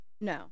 No